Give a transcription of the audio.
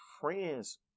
friends